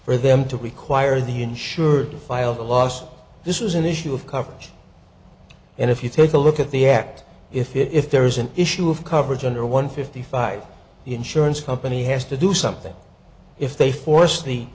for them to require the insurer to file the lawsuit this was an issue of coverage and if you take a look at the act if if there is an issue of coverage under one fifty five the insurance company has to do something if they force the